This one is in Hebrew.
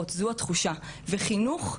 עוצמתית בדיוק כמו חוויה פיזית.